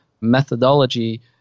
methodology